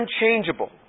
unchangeable